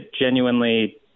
genuinely